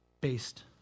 based